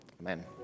Amen